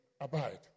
abide